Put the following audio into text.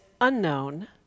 unknown